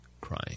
crying